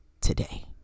today